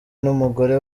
n’umugore